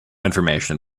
information